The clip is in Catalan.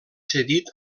cedit